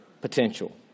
potential